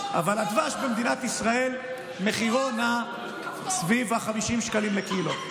אבל הדבש במדינת ישראל מחירו נע סביב 50 שקלים לקילו,